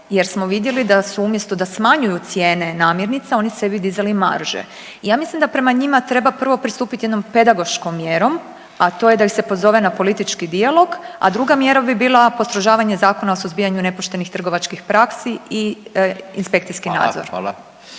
jer smo vidjeli da su umjesto da smanjuju cijene namirnica oni sebi dizali marže i ja mislim da prema njima treba prvo pristupit jednom pedagoškom mjerom, a to je da ih se pozove na politički dijalog, a druga mjera bi bila postrožavanje Zakona o suzbijanju nepoštenih trgovačkih praksi i inspekcijski nadzor.